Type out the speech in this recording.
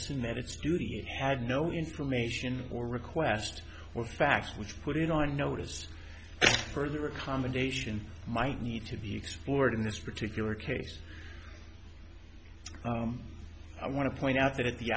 assume that it's duty had no information or request or facts which put it on notice further accommodation might need to be explored in this particular case i want to point out that at the